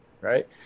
right